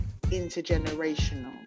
intergenerational